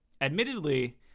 Admittedly